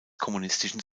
kommunistischen